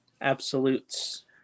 Absolute's